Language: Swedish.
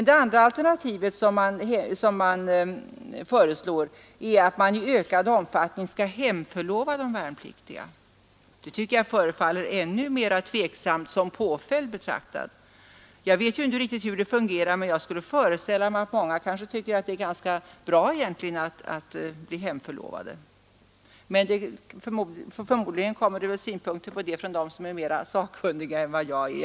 Det andra alternativet är att man skall i ökad omfattning hemförlova de värnpliktiga. Det tycker jag förefaller ännu mera tveksamt som påföljd betraktat. Jag vet ju inte hur det fungerar, men jag skulle föreställa mig att många tycker att det egentligen är ganska bra att bli hemförlovad. Förmodligen kommer det synpunkter på detta från dem som är mera sakkunniga än vad jag är.